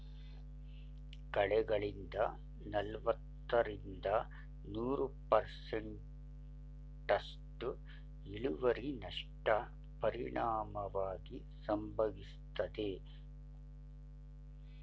ಕಳೆಗಳಿಂದ ನಲವತ್ತರಿಂದ ನೂರು ಪರ್ಸೆಂಟ್ನಸ್ಟು ಇಳುವರಿನಷ್ಟ ಪರಿಣಾಮವಾಗಿ ಸಂಭವಿಸ್ತದೆ